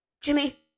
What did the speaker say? Jimmy